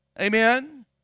amen